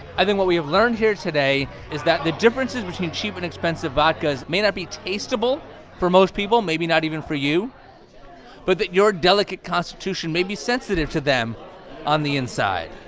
i think what we have learned here today is that the differences between cheap and expensive vodkas may not be taste-able for most people maybe not even for you but that your delicate constitution may be sensitive to them on the inside